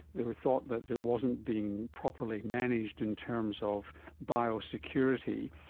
they thought that it wasn't being properly managed in terms of biosecurity,